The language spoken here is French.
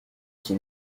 qui